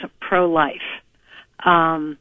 pro-life